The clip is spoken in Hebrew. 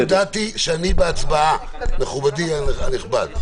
אבל אני הודעתי שאני בהצבעה, מכובדי הנכבד.